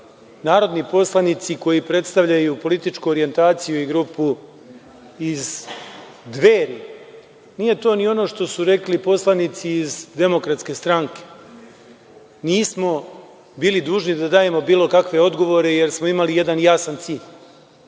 narodni poslanici koji predstavljaju političku orijentaciju i grupu iz „Dveri“, nije to ni ono što su rekli poslanici iz DS. Nismo bili dužni da dajemo bilo kakve odgovore, jer smo imali jedan jasan cilj. Taj